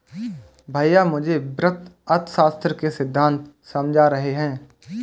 भैया मुझे वृहत अर्थशास्त्र के सिद्धांत समझा रहे हैं